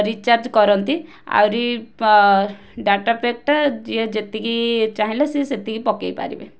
recharge କରନ୍ତି ଆହୁରି data pack ଟା ଯିଏ ଯେତିକି ଚାହିଁଲେ ସିଏ ସେତିକି ପକେଇ ପାରିବେ